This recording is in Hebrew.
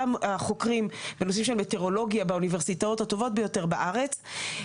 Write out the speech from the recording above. החוקרים בנושאים של מטאורולוגיה באוניברסיטאות הטובות ביותר בארץ,